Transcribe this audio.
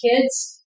kids